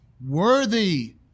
Worthy